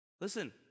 listen